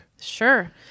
sure